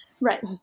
right